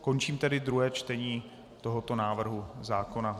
Končím tedy druhé čtení tohoto návrhu zákona.